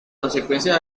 consecuencia